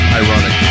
ironic